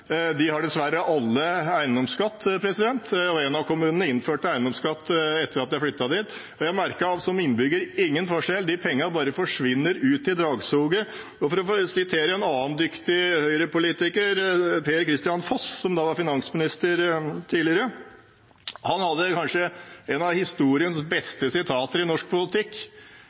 innførte eiendomsskatt etter at jeg flyttet dit. Jeg som innbygger merket ingen forskjell. De pengene bare forsvinner ut i dragsuget. Jeg vil referere til en annen viktig høyrepolitiker, Per-Kristian Foss, som var finansminister tidligere. Han hadde kanskje en av historiens beste utsagn i norsk politikk.